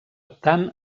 tant